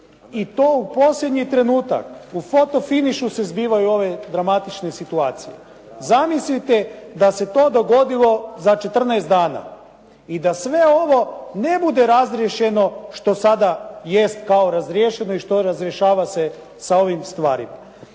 i to u posljednji trenutak. U foto finišu se zbivaju ove dramatične situacije. Zamislite da se to dogodilo za 14 dana i da sve ovo ne bude razriješeno što sada jest kao razriješeno i što razrješava se sa ovim stvarima.